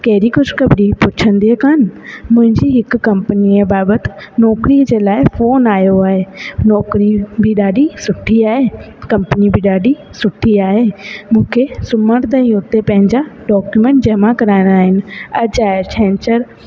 कहिड़ी ख़ुशख़बरी पुछंदो कोन मुंहिंजी हिकु कंपनीअ बाबति नौकिरीअ जे लाइ फोन आहियो आहे नौकरी बि ॾाढी सुठी आहे कंपनी बि ॾाढी सुठी आहे मूंखे सूमर ताईं हुते पंहिंजा डॉक्युमैंट जमा कराइणा आहिनि अॼु आहे छंछर